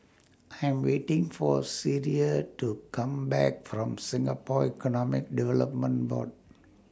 I'm waiting For Sierra to Come Back from Singapore Economic Development Board